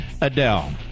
Adele